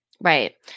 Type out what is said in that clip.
Right